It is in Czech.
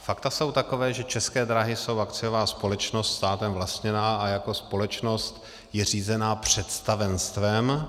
Fakta jsou taková, že České dráhy jsou akciová společnost státem vlastněná a jako společnost je řízena představenstvem.